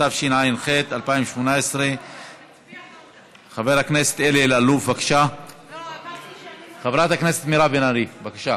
התשע"ח 2018. חברת הכנסת מירב בן ארי, בבקשה.